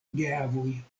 geavoj